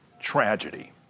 tragedy